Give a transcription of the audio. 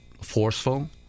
forceful